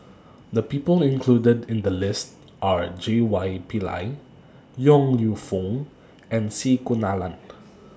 The People included in The list Are J Y Pillay Yong Lew Foong and C Kunalan